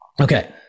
okay